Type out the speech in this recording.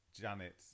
Janet